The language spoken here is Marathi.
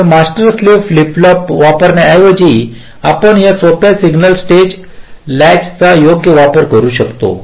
तर मास्टर स्लेव्ह फ्लिप फ्लॉप वापरण्याऐवजी आपण सोप्या सिंगल स्टेज लॅचचा योग्य वापर करू शकतो